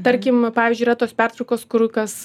tarkim pavyzdžiui yra tos pertraukos kur kas